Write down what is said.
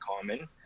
common